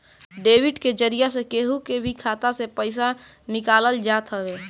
debit के जरिया से केहू के भी खाता से पईसा निकालल जात हवे